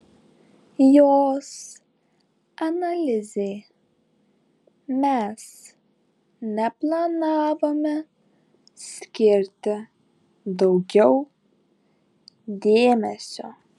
jos analizei mes neplanavome skirti daugiau dėmesio